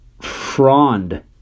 frond